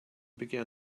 began